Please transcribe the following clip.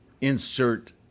insert